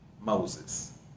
Moses